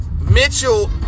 Mitchell